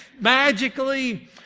magically